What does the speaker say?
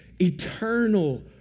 eternal